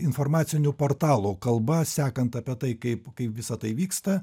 informacinių portalų kalba sekant apie tai kaip kaip visa tai vyksta